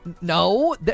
No